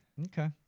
Okay